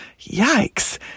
Yikes